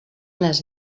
les